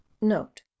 Note